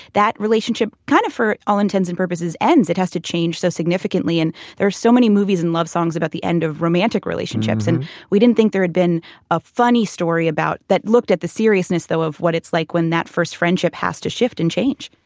that relationship kind of, for all intents and purposes, ends, it has to change so significantly. and there's so many movies and love songs about the end of romantic relationships, and we didn't think there had been a funny story about that looked at the seriousness, though of what it's like when that first friendship has to shift and change.